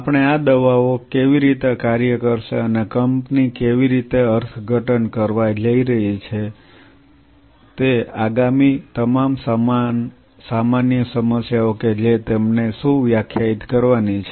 આપણે આ દવાઓ કેવી રીતે કાર્ય કરશે અને કંપની કેવી રીતે અર્થઘટન કરવા જઈ રહી છે અને આગામી તમામ સામાન્ય સમસ્યાઓ કે જે તેમને શું વ્યાખ્યાયિત કરવાની છે